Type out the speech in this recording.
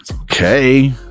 Okay